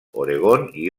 oregon